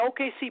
OKC